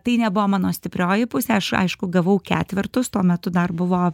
tai nebuvo mano stiprioji pusė aš aišku gavau ketvertus tuo metu dar buvo